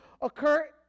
occur